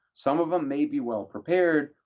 some of them may be well-prepared.